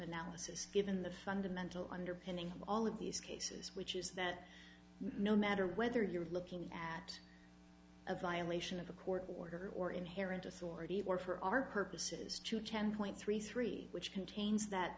analysis given the fundamental underpinning of all of these cases which is that no matter whether you are looking at a violation of a court order or inherent authority or for our purposes to ten point three three which contains that